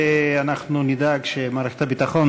ואנחנו נדאג שמערכת הביטחון,